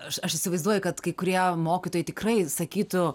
aš aš įsivaizduoju kad kai kurie mokytojai tikrai sakytų